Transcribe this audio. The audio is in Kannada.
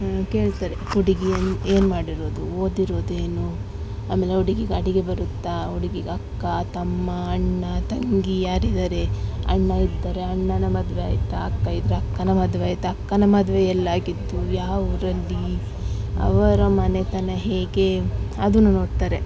ಕೇಳ್ತಾರೆ ಹುಡುಗಿ ಏನು ಏನು ಮಾಡಿರೋದು ಓದಿರೋದು ಏನು ಆಮೇಲೆ ಹುಡುಗಿಗೆ ಅಡಿಗೆ ಬರುತ್ತಾ ಹುಡುಗಿಗೆ ಅಕ್ಕ ತಮ್ಮ ಅಣ್ಣ ತಂಗಿ ಯಾರಿದ್ದಾರೆ ಅಣ್ಣ ಇದ್ದರೆ ಅಣ್ಣನ ಮದುವೆ ಆಯಿತಾ ಅಕ್ಕ ಇದ್ರೆ ಅಕ್ಕನ ಮದುವೆ ಆಯಿತಾ ಅಕ್ಕನ ಮದುವೆ ಎಲ್ಲಿ ಆಗಿದ್ದು ಯಾವ ಊರಲ್ಲಿ ಅವರ ಮನೆತನ ಹೇಗೆ ಅದೂ ನೋಡ್ತಾರೆ